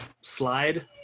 slide